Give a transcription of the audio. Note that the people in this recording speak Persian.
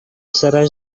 پسرش